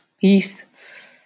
peace